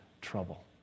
trouble